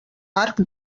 arc